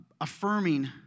affirming